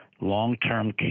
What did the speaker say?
long-term